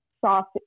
soft